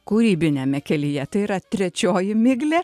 kūrybiniame kelyje tai yra trečioji miglė